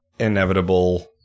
inevitable